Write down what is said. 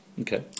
Okay